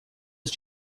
his